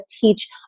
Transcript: teach